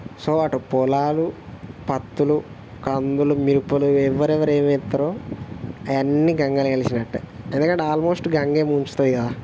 so అటు పొలాలు పత్తులు కందులు మిరపలు ఎవ్వరెవ్వరు ఏమి వేస్తారో అయ్యన్నీ గంగలో కలిసినట్టే ఎందుకంటే అల్మోస్ట్ గంగే ముంచుతుంది కదా